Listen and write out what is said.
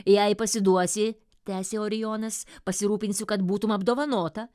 jei pasiduosi tęsė orijonas pasirūpinsiu kad būtum apdovanota